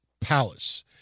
Palace